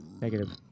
Negative